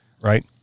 right